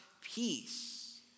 peace